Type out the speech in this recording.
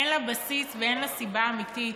אין לה בסיס ואין לה סיבה אמיתית.